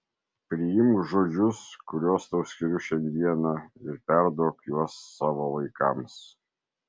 priimk žodžius kuriuos tau skiriu šiandieną ir perduok juos savo vaikams